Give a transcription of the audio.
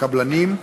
הקבלנים,